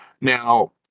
now